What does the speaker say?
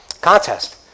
contest